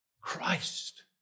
Christ